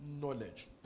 knowledge